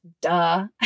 Duh